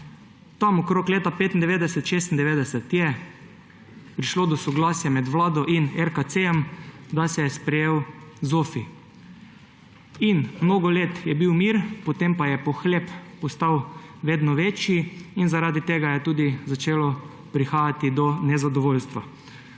Okrog leta 1995, 1996 je prišlo do soglasja med vlado in RKC, da se je sprejel ZOFVI, in mnogo let je bil mir, potem pa je pohlep postajal vedno večji in zaradi tega je tudi začelo prihajati do nezadovoljstva.